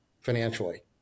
financially